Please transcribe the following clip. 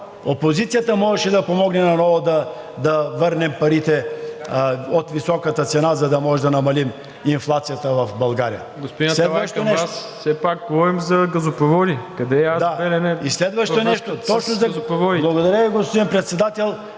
опозицията можеше да помогне и да върне парите от високата цена, за да можем да намалим инфлацията в България. ПРЕДСЕДАТЕЛ